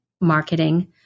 marketing